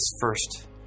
first